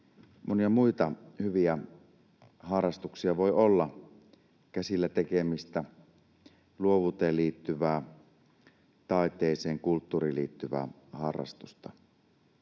monia muita hyviä harrastuksia voi olla: käsillä tekemistä, luovuuteen liittyvää, taiteeseen, kulttuuriin liittyvää harrastusta.